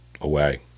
away